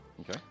Okay